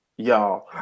Y'all